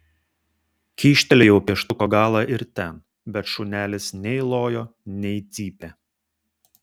kyštelėjau pieštuko galą ir ten bet šunelis nei lojo nei cypė